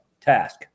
task